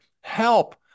Help